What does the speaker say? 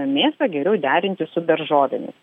mėsą geriau derinti su daržovėmis